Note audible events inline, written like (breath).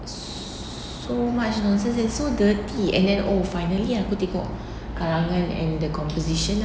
so much nonsense and so dirty and then oh finally aku tengok (breath) karangan and the composition ah